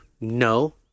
No